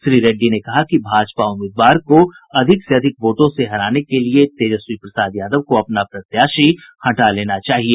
श्री रेड्डी ने कहा कि भाजपा उम्मीदवार को अधिक से अधिक वोटों से हराने के लिए तेजस्वी यादव को अपना प्रत्याशी हटा लेना चाहिए